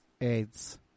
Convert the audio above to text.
AIDS